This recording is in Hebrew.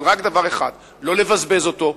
אבל רק דבר אחד: לא לבזבז אותו,